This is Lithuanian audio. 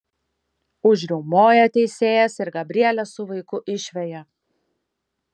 užriaumoja teisėjas ir gabrielę su vaiku išveja